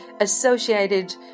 associated